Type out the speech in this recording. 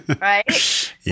right